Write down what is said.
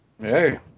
Hey